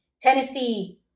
Tennessee